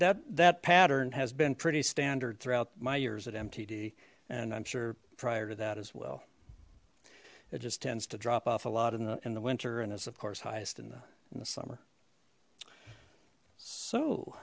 that that pattern has been pretty standard throughout my years at mtd and i'm sure prior to that as well it just tends to drop off a lot in the in the winter and is of course highest in the in the summer so